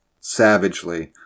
savagely